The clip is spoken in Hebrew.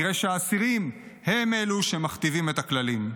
נראה שהאסירים הם אלו שמכתיבים את הכללים.